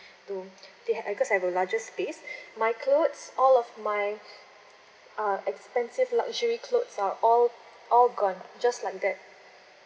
to because I got larger space my clothes all of my uh expensive luxury clothes are all all gone just like that